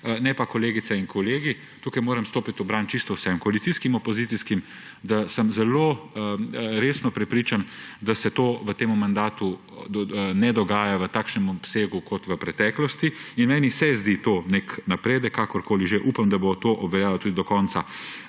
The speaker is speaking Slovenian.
ne pa kolegic in kolegov. Tukaj moram stopiti v bran čisto vsem, koalicijskim, opozicijskim, da sem zelo resno prepričan, da se to v tem mandatu ne dogaja v takšnem obsegu kot v preteklosti. Meni se zdi to nek napredek, kakorkoli že. Upam, da bo to obveljalo tudi do konca